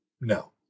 No